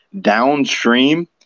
downstream